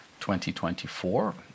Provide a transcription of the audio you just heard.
2024